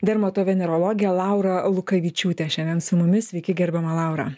dermatovenerologę laura lukavičiūtė šiandien su mumis sveiki gerbiama laura